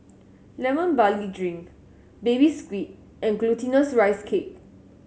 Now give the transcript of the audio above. Lemon Barley Drink Baby Squid and Glutinous Rice Cake